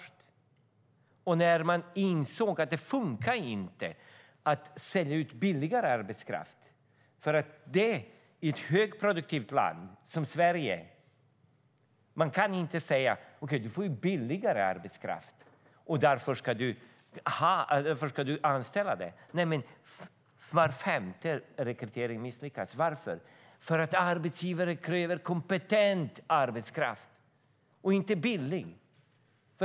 Sedan insåg man att det inte fungerade att sälja ut billigare arbetskraft. I ett högproduktivt land som Sverige kan man inte säga: Okej, du får billigare arbetskraft, och därför ska du anställa. Var femte rekrytering misslyckas. Varför? Därför att arbetsgivare kräver kompetent arbetskraft, inte billig arbetskraft.